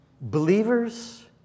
Believers